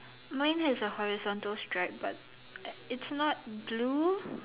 mine has a horizontal stripe but it's not blue